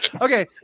Okay